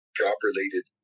job-related